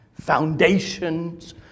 foundations